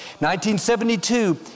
1972